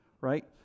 Right